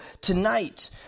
tonight